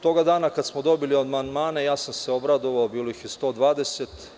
Toga dana kada smo dobili amandmane obradovao sam se, bilo ih je 120.